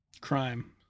Crime